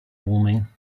warming